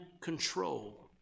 control